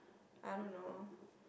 I don't know